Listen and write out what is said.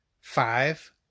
Five